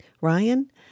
Ryan